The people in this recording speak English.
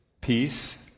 peace